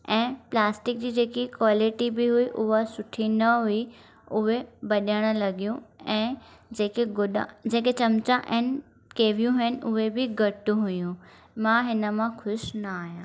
ऐं प्लास्टिक जी जेकी क्वालिटी बि हुई उहा सुठी न हुई उहे भॼण लॻियूं ऐ जेके गुडा जेके चमिचा ऐं केवियूं हुअसि उहे बि घटि हुयूं मां हिन मां ख़ुशि न आहियां